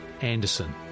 Anderson